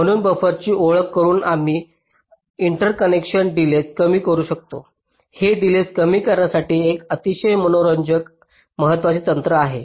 म्हणून बफरची ओळख करुन आम्ही इंटरकनेक्शन डिलेज कमी करू शकतो हे डिलेज कमी करण्यासाठी एक अतिशय मनोरंजक आणि महत्वाचे तंत्र आहे